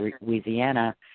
Louisiana